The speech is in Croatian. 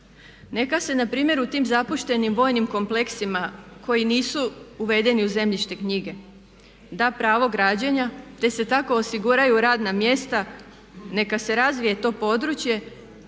Neka se npr. u tim zapuštenim vojnim kompleksima koji nisu uvedeni u zemljišne knjige da pravo građenja te se tako osiguraju radna mjesta, neka se razvije to područje